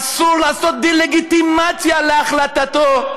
אסור לעשות דה-לגיטימציה להחלטתו.